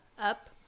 up